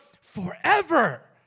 forever